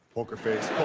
poker face,